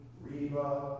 Reba